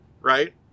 right